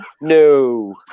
No